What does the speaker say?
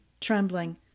trembling